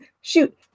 Shoot